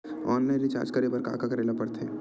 Online recharge करे बर का का करे ल लगथे?